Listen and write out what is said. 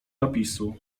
napisu